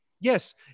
Yes